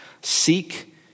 Seek